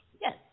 Yes